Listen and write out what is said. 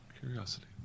Curiosity